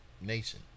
nation